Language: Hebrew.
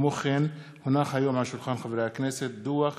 דוח